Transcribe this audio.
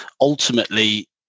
ultimately